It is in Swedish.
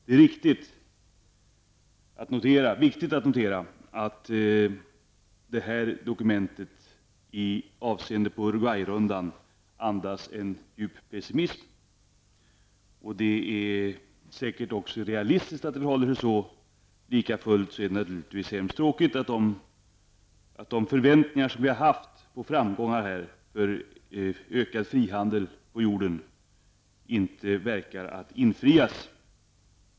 Det är viktigt att notera att deklarationen andas en djup pessimism i avseende på Uruguay-rundan. Det är säkert motiverat. Lika fullt är det naturligtvis tråkigt att de förväntningar på framgångar för ökad stabil frihandel vi haft inte verkar att infrias.